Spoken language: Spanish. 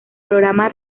programa